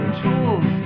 tools